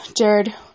Jared